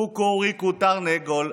קוקוריקו תרנגול".